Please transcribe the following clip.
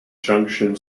junction